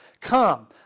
Come